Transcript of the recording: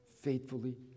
faithfully